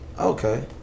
Okay